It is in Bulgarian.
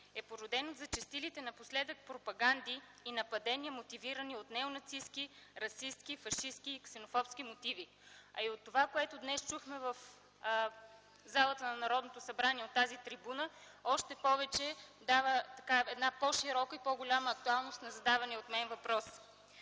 е породен от зачестилите напоследък пропаганди и нападения, мотивирани от неонацистки, расистки, фашистки и ксенофобски мотиви. Това, което чухме днес в залата на Народното събрание от тази трибуна, дава още по-широка и по-голяма актуалност на задавания от мен въпрос.